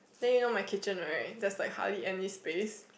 then you know my kitchen just like hardly any space